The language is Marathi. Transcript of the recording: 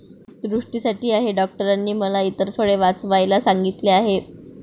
दृष्टीसाठी आहे डॉक्टरांनी मला इतर फळे वाचवायला सांगितले आहे